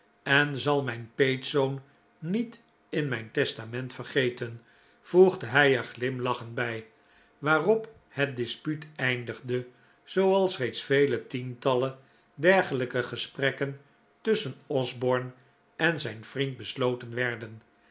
en zal mijn peetzoon niet in mijn testament vergeten voegde hij er glimlachend bij waarop het dispuut eindigde zooals reeds vele tientallen dergelijke gesprekken tusschen osborne en zijn vriend besloten werden